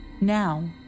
Now